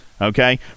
okay